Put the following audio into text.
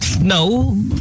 no